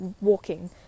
walking